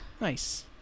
Nice